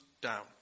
down